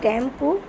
tempo